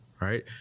right